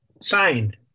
signed